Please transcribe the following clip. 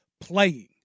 playing